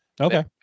Okay